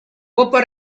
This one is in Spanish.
copa